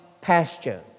pasture